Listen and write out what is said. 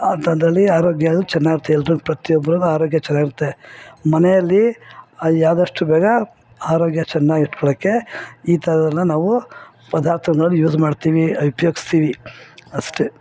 ಅಂಥದ್ರಲ್ಲಿ ಆರೋಗ್ಯ ಚೆನ್ನಾಗಿರ್ತೆ ಎಲ್ರುದ್ದು ಪ್ರತಿಯೊಬ್ರುಗು ಆರೋಗ್ಯ ಚೆನ್ನಾಗಿರುತ್ತೆ ಮನೆಯಲ್ಲಿ ಆದಷ್ಟು ಬೇಗ ಆರೋಗ್ಯ ಚೆನ್ನಾಗಿಟ್ಕೊಳ್ಳೋಕೆ ಈ ಥರದನ್ನ ನಾವು ಪದಾರ್ಥ ನೋಡಿ ಯೂಸ್ ಮಾಡ್ತಿವಿ ಉಪ್ಯೋಗಿಸ್ತಿವಿ ಅಷ್ಟೆ